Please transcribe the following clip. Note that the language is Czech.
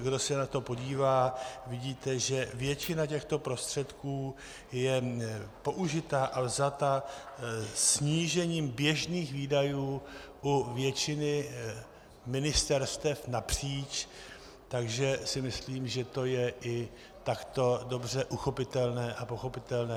Kdo se na to podívá, vidíte, že většina těchto prostředků je použita a vzata snížením běžných výdajů u většiny ministerstev napříč, takže si myslím, že to je i takto dobře uchopitelné a pochopitelné.